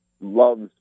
loves